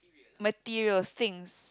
materials syncs